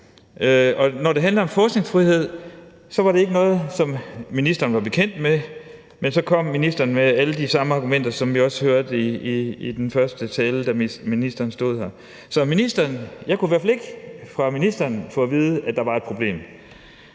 når det handler om forskningsfrihed, var det ikke noget, som ministeren var bekendt med, men så kom ministeren med alle de samme argumenter, som vi også hørte i den første tale, da ministeren stod her. Så jeg kunne i hvert fald ikke fra ministeren få at vide, at der var et problem.